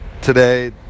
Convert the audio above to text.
Today